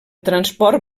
transport